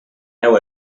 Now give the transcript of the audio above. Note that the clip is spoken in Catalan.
deu